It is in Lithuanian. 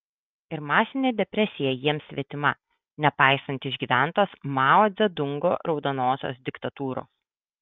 ir masinė depresija jiems svetima nepaisant išgyventos mao dzedungo raudonosios diktatūros